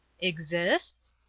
exists?